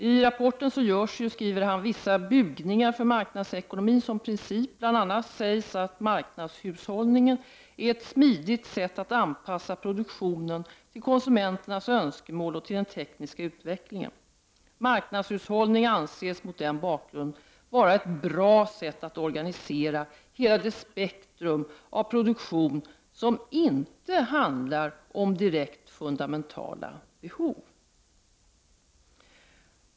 I rapporten görs, skriver han, vissa bugningar för marknadsekonomin som princip. Bl.a. sägs att marknadshushållning är ”ett smidigt sätt att anpassa produktionen till konsumenternas önskemål och till den tekniska utvecklingen”. Marknadshushållning anses mot den bakgrunden vara ”ett bra sätt att organisera hela det spektrum av produktionen som inte handlar om direkt fundamentala behov”.